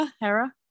Hera